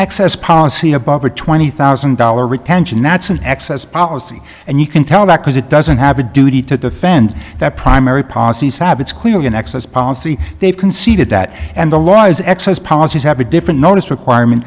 access policy a bumper twenty thousand dollar retention that's an excess policy and you can tell that because it doesn't have a duty to defend that primary policy sabots clearly an excess policy they've conceded that and the law is excess policies have a different notice requirement